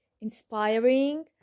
inspiring